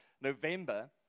November